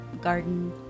garden